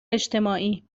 اجتماعی